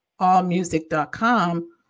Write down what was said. AllMusic.com